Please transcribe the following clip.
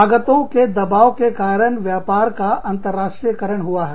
लागतो के दबाव के कारण व्यापार का अंतरराष्ट्रीय करण हुआ है